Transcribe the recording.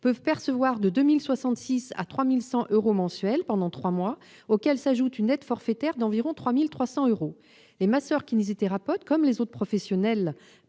peuvent percevoir de 2 066 à 3 100 euros mensuels, pendant trois mois, auxquels s'ajoute une aide forfaitaire d'environ 3 300 euros. Les masseurs-kinésithérapeutes, comme les autres professionnels